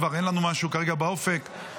כבר אין לנו משהו באופק כרגע.